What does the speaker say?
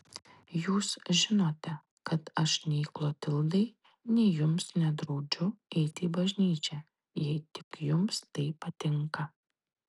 jūs žinote kad aš nei klotildai nei jums nedraudžiu eiti į bažnyčią jei tik jums tai patinka